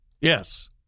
Yes